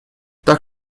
так